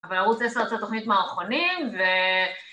אבל ערוץ 10 זה התוכנית מערכונים, ו...